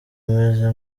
meze